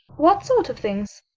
what sort of things?